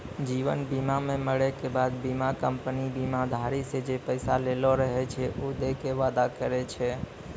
जीवन बीमा मे मरै के बाद बीमा कंपनी बीमाधारी से जे पैसा लेलो रहै छै उ दै के वादा करै छै